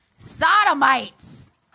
Sodomites